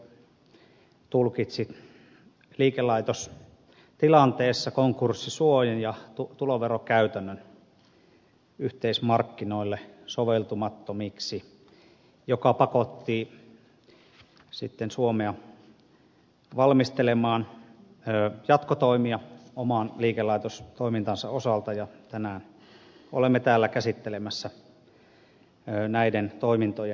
komissio tulkitsi liikelaitostilanteessa konkurssisuojan ja tuloverokäytännön yhteismarkkinoille soveltumattomiksi mikä pakotti sitten suomen valmistelemaan jatkotoimia oman liikelaitostoimintansa osalta ja tänään olemme täällä käsittelemässä näiden toimintojen osakeyhtiöittämistä